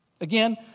Again